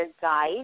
guide